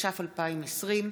התש"ף 2020,